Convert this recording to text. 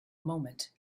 moment